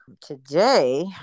today